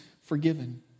forgiven